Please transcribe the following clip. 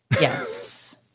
Yes